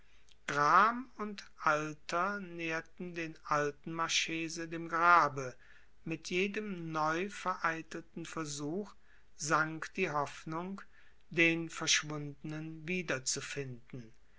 gram und alter näherten den alten marchese dem grabe mit jedem neu vereitelten versuch sank die hoffnung den verschwundenen wieder